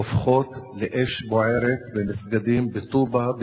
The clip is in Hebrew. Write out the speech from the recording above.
הופכות לאש בוערת במסגדים בטובא,